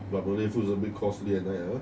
but malay food is more costly at night ah